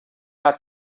not